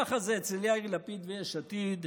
ככה זה אצל יאיר לפיד ויש עתיד,